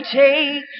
take